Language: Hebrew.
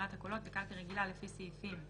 וספירת הקולות בקלפי רגילה לפי סעיפים 70א,